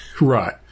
right